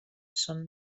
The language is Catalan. són